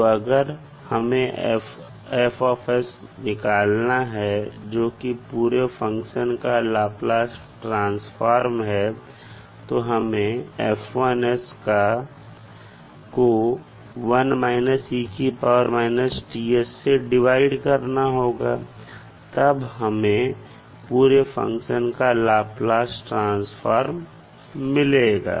तो अगर हमें F निकालना है जोकि पूरे फंक्शन का लाप्लास ट्रांसफार्म है तो हमें F1 को 1 − e−T s से डिवाइड करना होगा तब हमें पूरे फंक्शन का लाप्लास ट्रांसफार्म मिलेगा